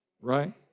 right